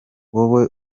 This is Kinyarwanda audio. wowe